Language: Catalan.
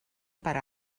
per